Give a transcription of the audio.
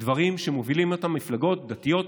דברים שמובילים אותם מפלגות דתיות,